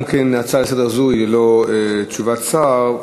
גם ההצעה הזאת היא ללא תשובת שר.